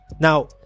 now